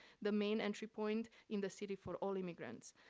the main entry point in the city for all immigrants.